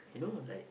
you know like